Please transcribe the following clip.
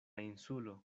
insulo